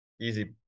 easy